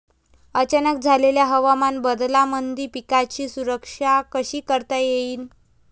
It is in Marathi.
अचानक झालेल्या हवामान बदलामंदी पिकाची सुरक्षा कशी करता येईन?